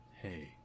Hey